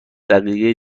دقیقه